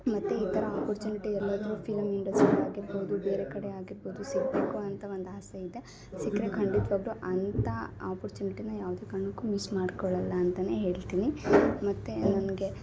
ಮತ್ತು ಈ ಥರ ಅಪರ್ಚ್ಯುನಿಟಿ ಎಲ್ಲಾದರೂ ಫಿಲಂ ಇಂಡಸ್ಟ್ರಿಯಾಗಿರ್ಬೌದು ಬೇರೆ ಕಡೆ ಆಗಿರ್ಬೌದು ಸಿಗಬೇಕು ಅಂತ ಒಂದು ಆಸೆಯಿದೆ ಸಿಕ್ಕರೆ ಖಂಡಿತ್ವಗ್ಳು ಅಂಥಾ ಅಪರ್ಚ್ಯುನಿಟಿನ ಯಾವುದೇ ಕಾರಣಕ್ಕೂ ಮಿಸ್ ಮಾಡ್ಕೊಳಲ್ಲ ಅಂತಲೇ ಹೇಳ್ತೀನಿ ಮತ್ತು ನನಗೆ